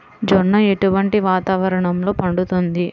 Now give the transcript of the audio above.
జొన్న ఎటువంటి వాతావరణంలో పండుతుంది?